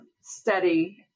study